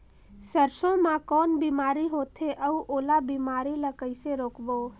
सरसो मा कौन बीमारी होथे अउ ओला बीमारी ला कइसे रोकबो?